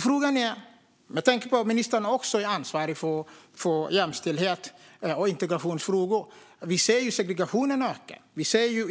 Frågan är, med tanke på att ministern också är ansvarig för jämställdhet och integrationsfrågor: Vi ser att segregationen ökar.